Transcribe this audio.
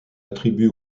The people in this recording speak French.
attribue